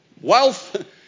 wealth